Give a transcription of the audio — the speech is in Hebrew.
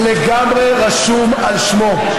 זה לגמרי רשום על שמו.